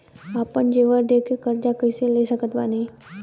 आपन जेवर दे के कर्जा कइसे ले सकत बानी?